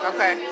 Okay